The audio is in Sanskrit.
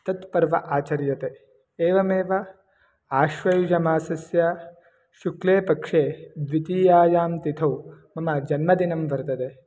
तत् पर्व आचर्यते एवमेव आश्वयुजमासस्य शुक्ले पक्षे द्वितीयायां तिथौ मम जन्मदिनं वर्तते